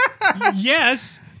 Yes